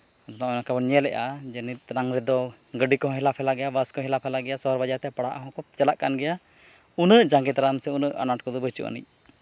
ᱚᱱᱠᱟ ᱵᱚᱱ ᱧᱮᱞᱮᱫᱼᱟ ᱡᱮ ᱱᱤᱛ ᱛᱟᱞᱟᱝ ᱨᱮᱫᱚ ᱜᱟᱹᱰᱤ ᱠᱚᱦᱚᱸ ᱦᱮᱞᱟ ᱯᱷᱮᱞᱟ ᱜᱮ ᱵᱟᱥ ᱠᱚ ᱦᱮᱞᱟ ᱯᱷᱮᱞᱟ ᱜᱮᱭᱟ ᱥᱚᱦᱚᱨ ᱵᱟᱡᱟᱨ ᱛᱮ ᱯᱟᱲᱦᱟᱜ ᱦᱚᱸᱠᱚ ᱪᱟᱞᱟᱜ ᱠᱟᱱ ᱜᱮᱭᱟ ᱩᱱᱟᱹᱜ ᱡᱟᱸᱜᱮ ᱫᱟᱨᱟᱢ ᱥᱮ ᱩᱱᱟᱹᱜ ᱟᱱᱟᱴ ᱠᱚᱫᱚ ᱵᱟᱹᱪᱩᱜ ᱟᱹᱱᱤᱡ